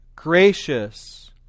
Gracious